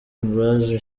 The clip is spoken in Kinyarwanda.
ambroise